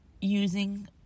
using